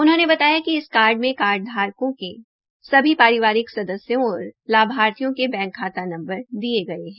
उन्होंने बताया कि इस कार्ड में कार्ड धारक के सभी पारिवारिक सदस्यों और लाभार्थियों के बैंक खाता नंबर दिये गये है